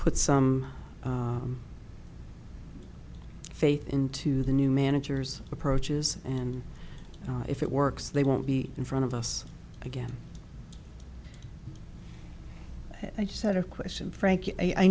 put some faith into the new manager's approaches and if it works they won't be in front of us again i just had a question